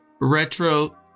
retro